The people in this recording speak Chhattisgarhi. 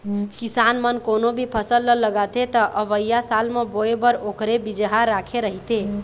किसान मन कोनो भी फसल ल लगाथे त अवइया साल म बोए बर ओखरे बिजहा राखे रहिथे